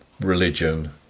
religion